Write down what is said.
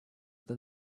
than